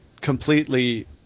completely